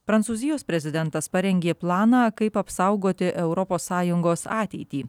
prancūzijos prezidentas parengė planą kaip apsaugoti europos sąjungos ateitį